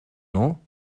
non